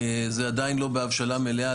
זה עדיין לא בהבשלה מלאה,